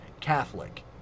Catholic